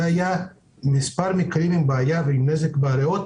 היו מספר מקרים שגרמו נזק לריאות,